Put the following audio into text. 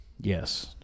Yes